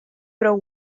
prou